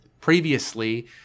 Previously